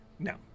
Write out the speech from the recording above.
No